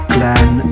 Glenn